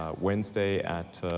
ah wednesday at